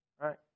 right